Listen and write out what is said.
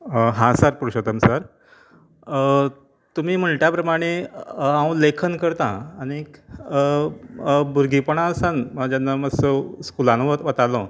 हां सांग पुरशोत्तम सर तुमी म्हणला त्या प्रमाणें हांव लेखन करतां आनीक भुरगेपणा सान हांव जेन्ना मात्सो स्कुलांत वत वतालों